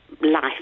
life